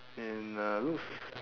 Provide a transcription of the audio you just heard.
and uh looks